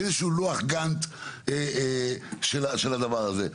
איזשהו לוח גאנט של הדבר הזה.